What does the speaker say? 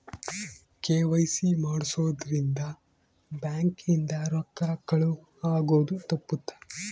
KYC ಮಾಡ್ಸೊದ್ ರಿಂದ bank ಇಂದ ರೊಕ್ಕ ಕಳುವ್ ಆಗೋದು ತಪ್ಪುತ್ತ